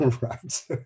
right